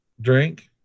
drink